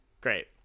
great